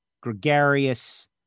gregarious